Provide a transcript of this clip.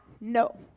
No